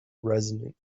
resonant